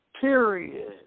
Period